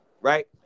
right